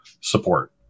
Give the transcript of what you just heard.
support